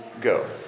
go